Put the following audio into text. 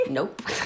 Nope